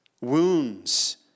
wounds